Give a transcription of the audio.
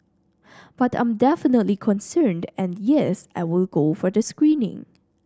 but I'm definitely concerned and yes I will go for the screening